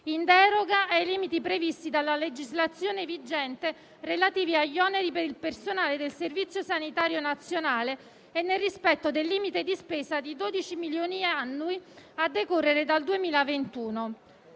in deroga ai limiti previsti dalla legislazione vigente relativi agli oneri per il personale del Servizio sanitario nazionale e nel rispetto del limite di spesa di 12 milioni annui a decorrere dal 2021.